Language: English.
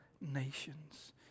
nations